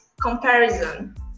comparison